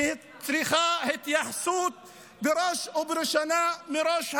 וצריכה התייחסות בראש ובראשונה מראש הממשלה,